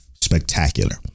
spectacular